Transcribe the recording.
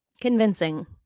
convincing